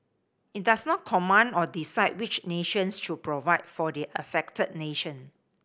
it does not command or decide which nations should provide for the affected nation